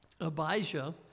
Abijah